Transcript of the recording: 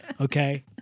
Okay